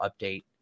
update